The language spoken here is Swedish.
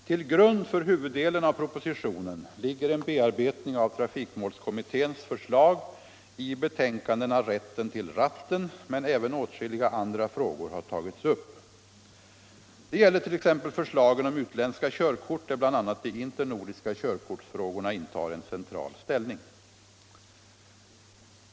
Till grund för huvuddelen av propositionen ligger en bearbetning av trafikmålskommitténs förslag i betänkandena Rätten till ratten, men även åtskilliga andra frågor har tagits upp. Det gäller t.ex. förslagen om utländska körkort, där bl.a. de internordiska körkortsfrågorna intar en central ställning.